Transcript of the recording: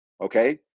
okay